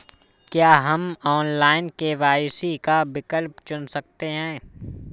क्या हम online KYC का विकल्प चुन सकते हैं?